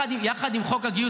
לא, אני שואל אותך, להערכתך, מתי?